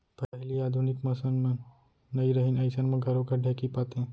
पहिली आधुनिक मसीन मन नइ रहिन अइसन म घरो घर ढेंकी पातें